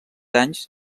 anys